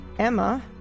Emma